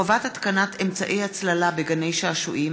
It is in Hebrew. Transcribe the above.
חובת התקנת אמצעי הצללה בגני-שעשועים),